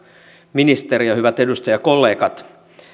ministeri ja hyvät edustajakollegat